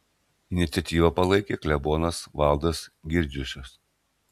iniciatyvą palaikė klebonas valdas girdziušas